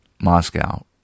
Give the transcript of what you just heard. Moscow